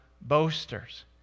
boasters